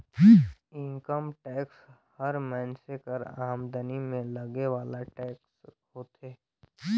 income tax हर मइनसे कर आमदनी में लगे वाला टेक्स होथे